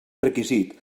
requisit